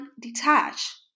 detach